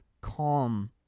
calm